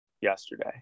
yesterday